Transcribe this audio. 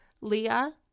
Leah